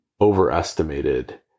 overestimated